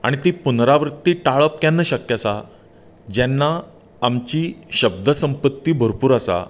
आनी ती पुर्नआवृत्ती टाळप केन्ना शक्य आसा जेन्ना आमची शब्द संपत्ती भरपूर आसा